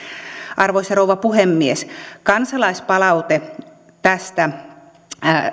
arvoisa rouva puhemies kansalaispalaute tästä